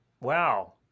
Wow